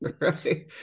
Right